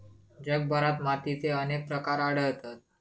जगभरात मातीचे अनेक प्रकार आढळतत